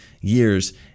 years